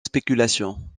spéculation